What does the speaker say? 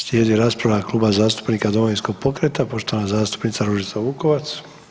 Slijedi rasprava Kluba zastupnika Domovinskog pokreta poštovana zastupnica Ružica Vukovac.